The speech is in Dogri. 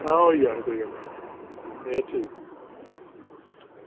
आं होई जाह्ग एह् कोई गल्ल निं ठीक